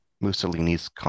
Mussolini's